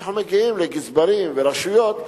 וכשאנחנו מגיעים לגזברים ברשויות,